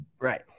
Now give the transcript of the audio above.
Right